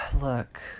look